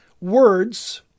words